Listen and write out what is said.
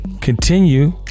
continue